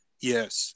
Yes